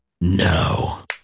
no